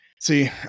See